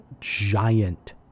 giant